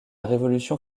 révolution